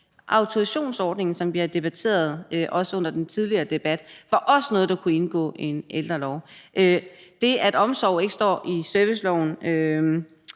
Autorisationsordningen, som vi har debatteret, også under den tidligere debat, var også noget, der kunne indgå i en ældrelov. Det, at omsorg ikke står i serviceloven,